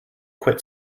quit